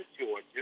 Georgia